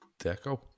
Deco